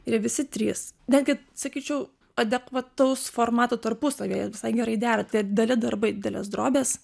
ir visi trys netgi sakyčiau adekvataus formato tarpusavyje visai gerai dera tai dideli darbai didelės drobės